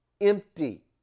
empty